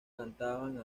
cantaban